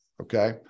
Okay